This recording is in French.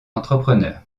entrepreneur